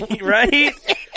Right